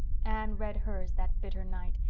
anne read hers that bitter night,